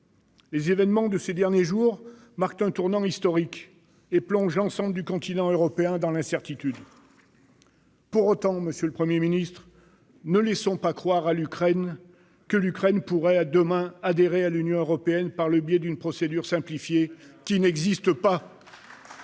Les évènements de ces derniers jours marquent un tournant historique et plongent l'ensemble du continent européen dans l'incertitude. Pour autant, monsieur le Premier ministre, ne laissons pas croire à l'Ukraine qu'elle pourrait demain adhérer à l'Union européenne par le biais d'une procédure simplifiée qui n'existe pas.